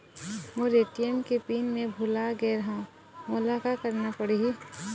मोर ATM के PIN मैं भुला गैर ह, मोला का करना पढ़ही?